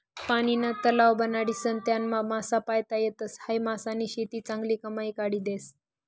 पानीना तलाव बनाडीसन त्यानामा मासा पायता येतस, हायी मासानी शेती चांगली कमाई काढी देस